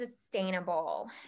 sustainable